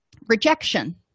Rejection